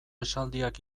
esaldiak